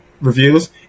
reviews